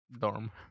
dorm